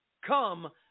come